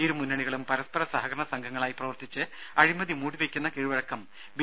ഇരുമുന്നണികളും പരസ്പര സഹകരണസംഘങ്ങളായി പ്രവർത്തിച്ച് അഴിമതി മൂടിവെയ്ക്കുന്ന കീഴ് വഴക്കം ബി